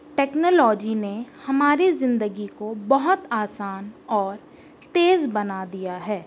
technology نے ہماری زندگی کو بہت آسان اور تیز بنا دیا ہے